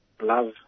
love